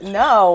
no